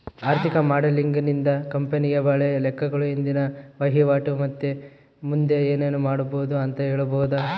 ಆರ್ಥಿಕ ಮಾಡೆಲಿಂಗ್ ನಿಂದ ಕಂಪನಿಯ ಹಳೆ ಲೆಕ್ಕಗಳು, ಇಂದಿನ ವಹಿವಾಟು ಮತ್ತೆ ಮುಂದೆ ಏನೆನು ಮಾಡಬೊದು ಅಂತ ಹೇಳಬೊದು